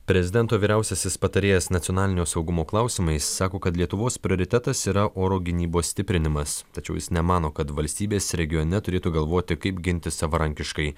prezidento vyriausiasis patarėjas nacionalinio saugumo klausimais sako kad lietuvos prioritetas yra oro gynybos stiprinimas tačiau jis nemano kad valstybės regione turėtų galvoti kaip gintis savarankiškai